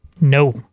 no